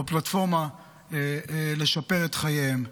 או פלטפורמה לשפר את חייהם.